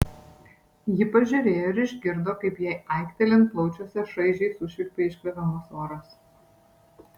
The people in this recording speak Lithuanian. ji pažiūrėjo ir išgirdo kaip jai aiktelint plaučiuose šaižiai sušvilpia iškvepiamas oras